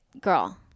girl